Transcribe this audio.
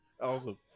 Awesome